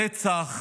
רצח